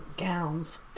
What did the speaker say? gowns